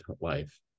life